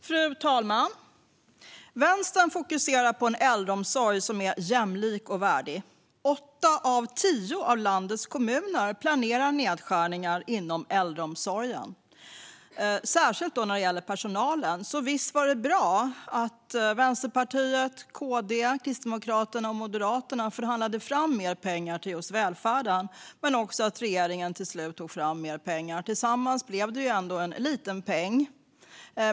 Fru talman! Vänstern fokuserar på en äldreomsorg som är jämlik och värdig. Åtta av tio av landets kommuner planerar nedskärningar inom äldreomsorgen, särskilt när det gäller personalen. Därför var det bra att Vänsterpartiet, Kristdemokraterna och Moderaterna förhandlade fram mer pengar till just välfärden och att regeringen till slut tog fram mer pengar. Det blev ju ändå en liten peng.